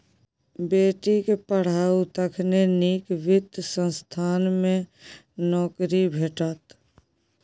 बेटीक पढ़ाउ तखने नीक वित्त संस्थान मे नौकरी भेटत